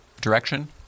Direction